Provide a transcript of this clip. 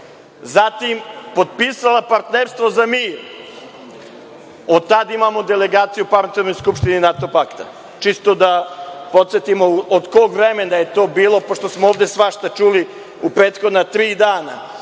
je potpisala Partnerstvo za mir i od tada imamo delegaciju u Parlamentarnoj skupštini NATO pakta. Čisto da podsetimo od kog vremena je to bilo, pošto smo ovde svašta čuli u prethodna tri dana,